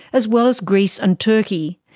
as well as greece and turkey.